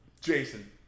Jason